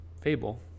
fable